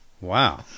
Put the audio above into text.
Wow